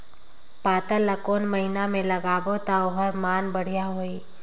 पातल ला कोन महीना मा लगाबो ता ओहार मान बेडिया होही?